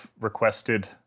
requested